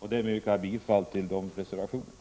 Härmed yrkar jag bifall till de nämnda reservationerna.